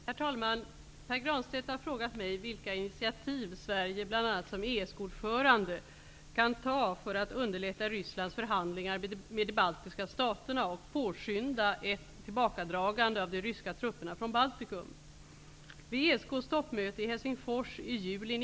Herr talman! Pär Granstedt har frågat mig vilka initiativ Sverige bl.a. som ESK-ordförande kan ta för att underlätta Rysslands förhandlingar med de baltiska staterna och påskynda ett tillbakadragande av de ryska trupperna från Baltikum.